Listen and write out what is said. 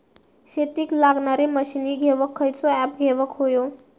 शेतीक लागणारे मशीनी घेवक खयचो ऍप घेवक होयो?